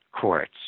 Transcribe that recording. courts